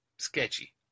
Sketchy